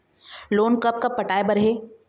Loan कब कब पटाए बर हे?